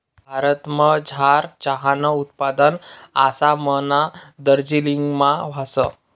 भारतमझार चहानं उत्पादन आसामना दार्जिलिंगमा व्हस